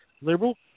Liberal